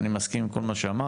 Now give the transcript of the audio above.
אני מסכים עם כל מה שאמרת,